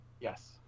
Yes